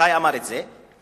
מתי אמר את זה?